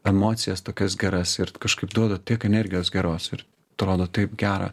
emocijas tokias geras ir kažkaip duoda tiek energijos geros ir atrodo taip gera